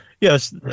yes